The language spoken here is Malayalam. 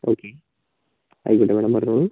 ഓക്കെ ആയിക്കോട്ടെ എവിടുന്നാണ് വരുന്നത്